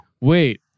wait